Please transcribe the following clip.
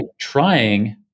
trying